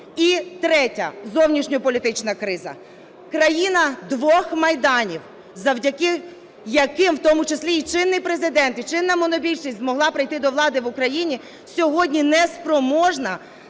І третя – зовнішньополітична криза. Країна двох майданів, завдяки яким, у тому числі і чинний Президент, і чинна монобільшість змогла прийти до влади в Україні, сьогодні не спроможна